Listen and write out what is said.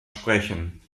sprechen